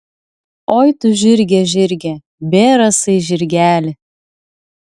oi tu žirge žirge bėrasai žirgeli